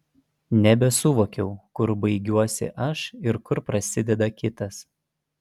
nebesuvokiau kur baigiuosi aš ir kur prasideda kitas